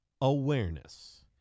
awareness